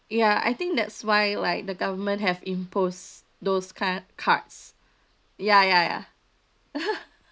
ya I think that's why like the government have impose those kind cards ya ya ya